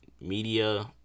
Media